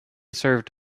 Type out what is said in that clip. served